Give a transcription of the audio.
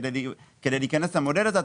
כדי להיכנס למודל הזה,